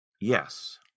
Yes